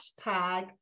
hashtag